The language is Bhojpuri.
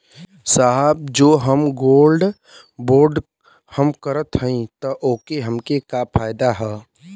साहब जो हम गोल्ड बोंड हम करत हई त ओकर हमके का फायदा ह?